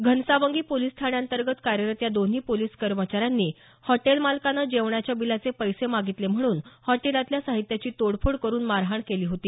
Ghansawangi police ठाण्याअंतर्गत कार्यरत या दोन्ही पोलिस कर्मचाऱ्यांनी हॉटेल मालकानं जेवणाच्या बिलाचे पैसे मागितले म्हणून हॉटेलातल्या साहित्याची तोडफोड करून मारहाण केली होती